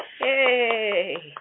Hey